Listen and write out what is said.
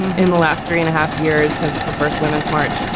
in the last three and a half years since the first women's march.